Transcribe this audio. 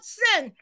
sin